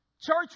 Church